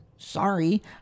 Sorry